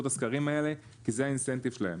את הסקרים האלה כי זה ה"אינסנטיב" שלהם.